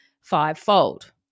fivefold